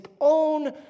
own